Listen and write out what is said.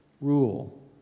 rule